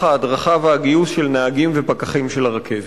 ההדרכה והגיוס של נהגים ופקחים של הרכבת.